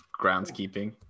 groundskeeping